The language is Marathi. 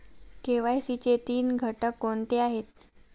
के.वाय.सी चे तीन घटक कोणते आहेत?